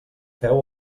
feu